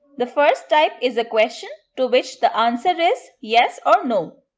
the first type is a question to which the answer is yes or no,